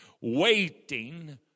waiting